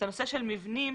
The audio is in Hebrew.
את הנושא של מבנים,